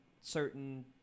certain